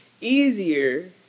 easier